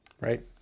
Right